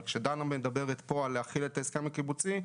אבל כשדנה מדברת פה על החלת ההסכם הקיבוצי,